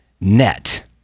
Net